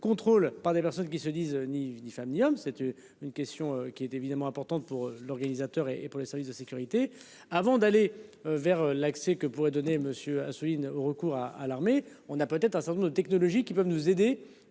Contrôle par des personnes qui se disent ni ni familial. C'est une question qui est évidemment importante pour l'organisateur et et pour les services de sécurité avant d'aller vers l'accès que pourrait donner monsieur Assouline au recours à à l'armée. On a peut-être à certains de nos technologies qui peuvent nous aider